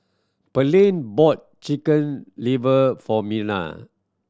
Pearlene bought Chicken Liver for Merna